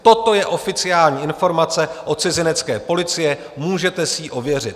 Toto je oficiální informace od cizinecké policie, můžete si ji ověřit.